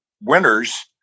winners